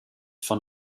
von